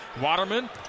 Waterman